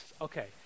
Okay